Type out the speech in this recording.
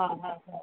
हा हा हा